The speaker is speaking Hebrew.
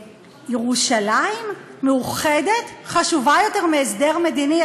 שירושלים מאוחדת חשובה יותר מהסדר מדיני.